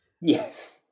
Yes